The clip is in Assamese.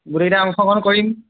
গোটেইকেইটাই অংশগ্ৰহণ কৰিম